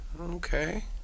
okay